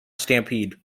stampede